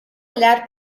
olhar